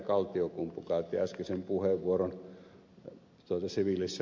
kaltiokumpu käytti äskeisen puheenvuoron siviilissä